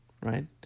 right